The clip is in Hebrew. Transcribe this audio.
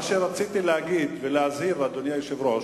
מה שרציתי להגיד ולהזהיר, אדוני היושב-ראש: